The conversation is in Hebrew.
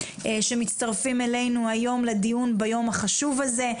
שמצטרפים אלינו היום לדיון ביום החשוב הזה,